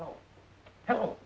oh hello